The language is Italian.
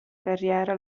carriera